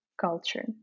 culture